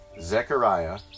Zechariah